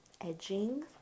Edging